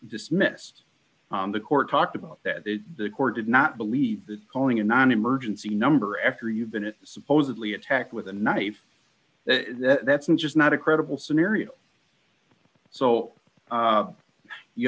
dismissed the court talked about that the court did not believe that calling a non emergency number after you've been in supposedly attacked with a knife that's just not a credible scenario so